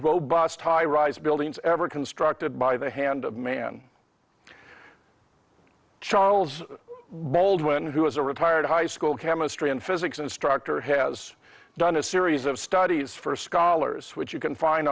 high rise buildings ever constructed by the hand of man charles baldwin who is a retired high school chemistry and physics instructor has done a series of studies for scholars which you can find